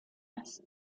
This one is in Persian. است